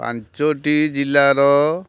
ପାଞ୍ଚଟି ଜିଲ୍ଲାର